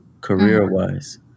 career-wise